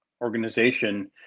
organization